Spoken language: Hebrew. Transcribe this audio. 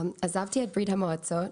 הגעתי מברית-המועצות.